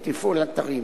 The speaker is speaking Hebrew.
לתפעול אתרים.